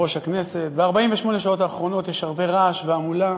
ב-48 השעות האחרונות יש הרבה רעש והמולה